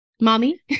mommy